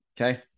Okay